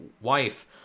wife